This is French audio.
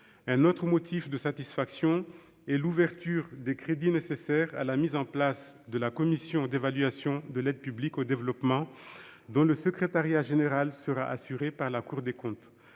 Un autre motif de satisfaction est l'ouverture des crédits nécessaires à la mise en place de la commission d'évaluation de l'aide publique au développement, dont le secrétariat général sera assuré par la Cour des comptes.